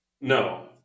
No